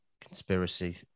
conspiracy